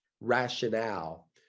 rationale